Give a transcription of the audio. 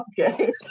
okay